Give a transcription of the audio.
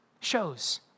shows